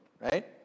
right